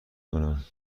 کنم